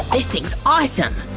this thing's awesome!